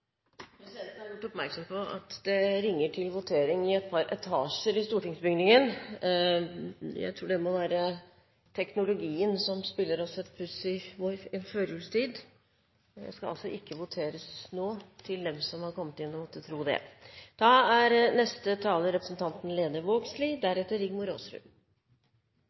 stortingsbygningen. Jeg tror det må være teknologien som spiller oss et puss i førjulstiden. Det skal altså ikke voteres nå – til dem som har kommet inn, og måtte tro det. Da er neste taler representanten Lene Vågslid.